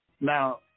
now